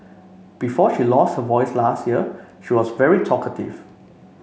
before she lost her voice last year she was very talkative